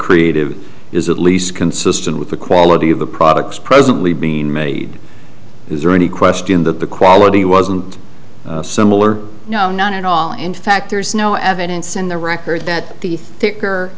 creative is at least consistent with the quality of the products presently being made is there any question that the quality wasn't similar no none at all in fact there's no evidence in the record that t